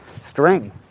string